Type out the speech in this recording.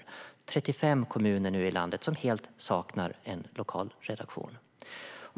Nu är det 35 kommuner i landet som helt saknar en lokal redaktion.